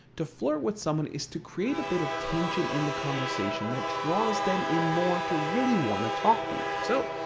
to flirt with someone is to create a little bit of tension in the conversation that draws them in more to really want to talk to you. so,